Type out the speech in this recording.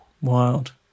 Wild